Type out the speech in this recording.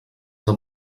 del